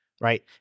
right